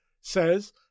says